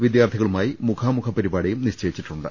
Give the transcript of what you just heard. വിദ്യാർത്ഥികളുമായി മുഖാമുഖ പരി പാടിയും നിശ്ചയിച്ചിട്ടുണ്ട്